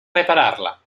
repararla